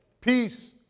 peace